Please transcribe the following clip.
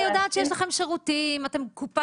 אני יודעת שיש לכם שירותים ושאתם קופת